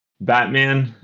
Batman